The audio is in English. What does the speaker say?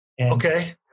Okay